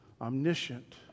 omniscient